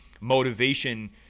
motivation